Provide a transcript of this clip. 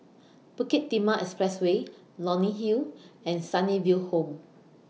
Bukit Timah Expressway Leonie Hill and Sunnyville Home